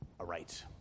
aright